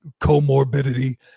comorbidity